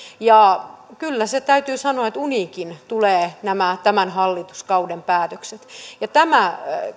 kyllä se täytyy sanoa että uniinkin tulevat tämän hallituskauden päätökset tämä